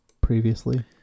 previously